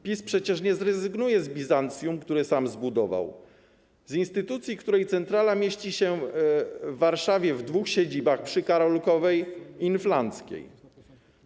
PiS przecież nie zrezygnuje z Bizancjum, które sam zbudował, z instytucji, której centrala mieści się w Warszawie w dwóch siedzibach: przy ul. Karolkowej i Inflanckiej.